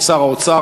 את שר האוצר,